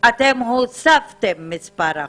אתם הוספתם את מספר החוסים.